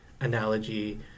analogy